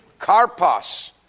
karpas